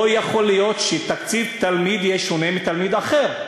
לא יכול להיות שהתקציב לתלמיד יהיה שונה מלתלמיד אחר.